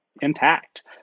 intact